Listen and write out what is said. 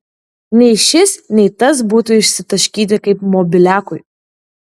nei šis nei tas būtų išsitaškyti kaip mobiliakui